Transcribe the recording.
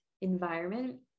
environment